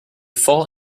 fall